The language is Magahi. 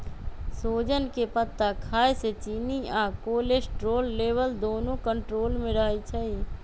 सोजन के पत्ता खाए से चिन्नी आ कोलेस्ट्रोल लेवल दुन्नो कन्ट्रोल मे रहई छई